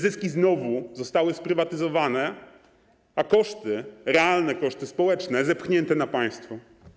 Zyski znowu zostały więc sprywatyzowane, a koszty, realne koszty społeczne - zepchnięte na państwo.